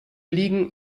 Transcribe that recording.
liegen